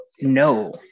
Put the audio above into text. No